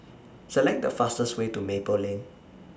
Select The fastest Way to Maple Lane